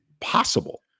possible